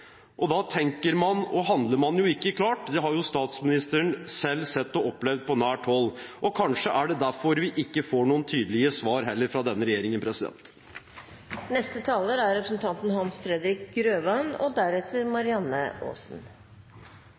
og da tenker og handler man jo ikke klart. Det har jo statsministeren selv sett og opplevd på nært hold. Og kanskje er det derfor vi ikke får noen tydelige svar fra denne regjeringen. Vi er